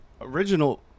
original